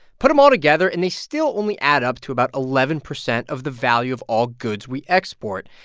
put them all together, and they still only add up to about eleven percent of the value of all goods we export.